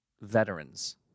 veterans